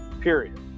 period